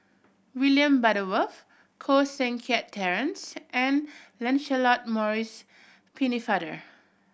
William Butterworth Koh Seng Kiat Terence and Lancelot Maurice Pennefather